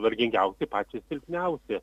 vargingiausi patys silpniausi